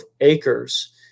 acres